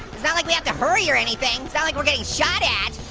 it's not like we have to hurry or anything. it's not like we're getting shot at.